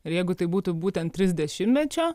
ir jeigu tai būtų būten trisdešimtmečio